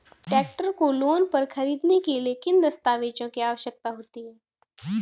Tractor को loan पर खरीदने के लिए किन दस्तावेज़ों की आवश्यकता होती है?